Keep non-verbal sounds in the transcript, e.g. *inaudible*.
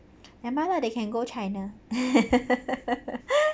never mind lah they can go china *laughs*